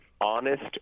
honest